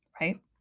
right